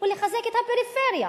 הוא לחזק את הפריפריה.